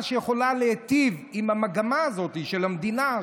שיכולה להיטיב עם המגמה הזאת של המדינה,